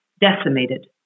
decimated